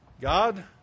God